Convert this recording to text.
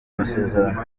masezerano